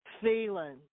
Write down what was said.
feeling